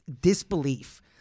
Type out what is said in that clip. disbelief